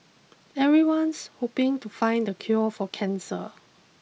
everyone's hoping to find the cure for cancer